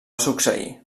succeir